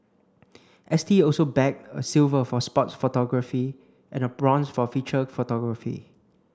S T also bagged a silver for sports photography and a bronze for feature photography